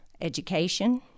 education